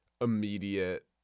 immediate